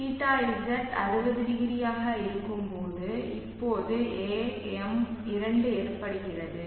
Θz 600 ஆக இருக்கும்போது இப்போது AM2 ஏற்படுகிறது